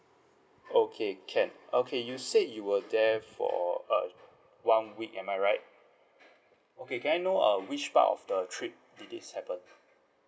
okay can okay you said you were there for uh one week am I right okay can I know um which part of the trip did this happen